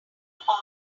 hour